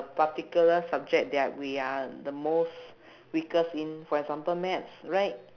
a particular subject that we are the most weakest in for example maths right